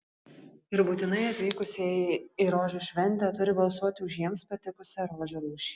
ir būtinai atvykusieji į rožių šventę turi balsuoti už jiems patikusią rožių rūšį